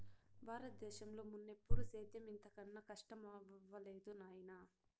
బారత దేశంలో మున్నెప్పుడూ సేద్యం ఇంత కనా కస్టమవ్వలేదు నాయనా